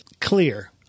clear